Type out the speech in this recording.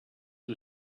who